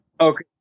Okay